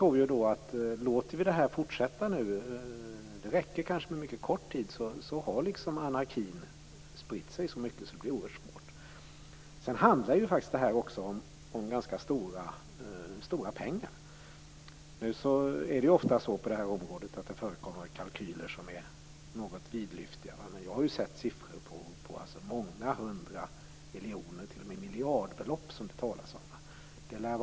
Om vi låter det här fortsätta, det räcker kanske med mycket kort tid, tror jag att anarkin har spritt sig så mycket att det blir oerhört svårt. Det här handlar faktiskt också om ganska stora pengar. Nu förekommer det ofta på det här området kalkyler som är något vidlyftiga, men jag har sett siffror på många hundra miljoner. Det talas t.o.m. om miljardbelopp.